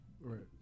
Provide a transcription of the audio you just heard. Right